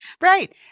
Right